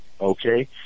okay